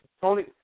Tony